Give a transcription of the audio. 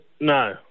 No